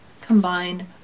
combined